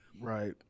right